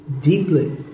deeply